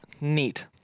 Neat